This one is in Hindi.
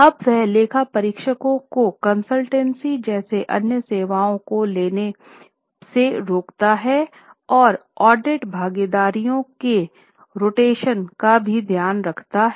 अब यह लेखा परीक्षकों को कंसल्टेंसी जैसी अन्य सेवाओं को लेने से रोकता है ह और ऑडिट भागीदारों के रोटेशन का भी ध्यान रखता है